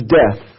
death